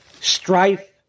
strife